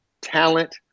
talent